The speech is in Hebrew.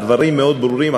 הדברים מאוד ברורים,